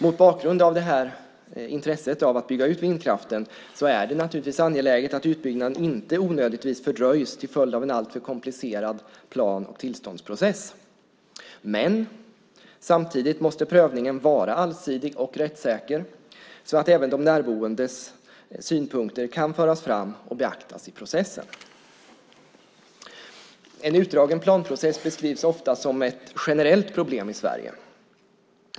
Mot bakgrund av detta intresse av att bygga ut vindkraften är det angeläget att utbyggnaden inte onödigtvis fördröjs till följd av en alltför komplicerad plan och tillståndsprocess. Men samtidigt måste prövningen vara allsidig och rättssäker så att även de närboendes synpunkter kan föras fram och beaktas i processen. En utdragen planprocess beskrivs ofta som ett generellt problem i Sverige.